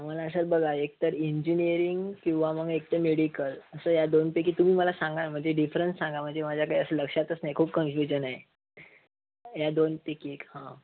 मला अशात बघा एकतर इंजिनीयरिंग किंवा मग एकतर मेडिकल असं या दोनपैकी तुम्ही मला सांगा ना म्हणजे डिफ्रन्स सांगा म्हणजे माझ्या काही असं लक्षातच नाही खूप कन्फ्युजन आहे या दोनपैकी एक हां